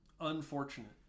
unfortunate